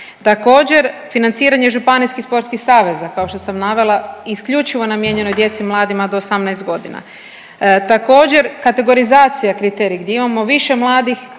Također financiranje županijskih sportskih saveza kao što sam navela isključivo namijenjeno djeci i mladima do 18 godina. Također kategorizacija kriterij gdje imamo više mladih